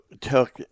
talk